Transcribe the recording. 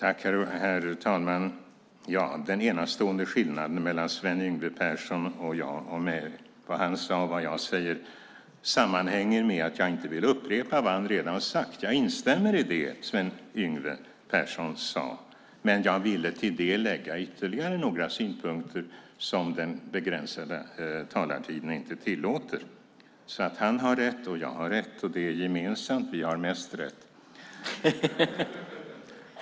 Herr talman! Den enastående skillnaden mellan vad Sven Yngve Persson sade och vad jag säger sammanhänger med att jag inte vill upprepa vad han redan har sagt. Jag instämmer i det Sven Yngve Persson sade, men jag ville till detta lägga ytterligare några synpunkter som den begränsade talartiden inte tillåter. Han har rätt, jag har rätt, och det gemensamt att vi har mest rätt.